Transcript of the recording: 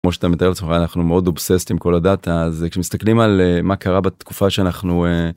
כמו שאתה מתאר לעצמך אנחנו מאוד obssesed עם כל הדאטה אז כשמסתכלים על מה קרה בתקופה שאנחנו...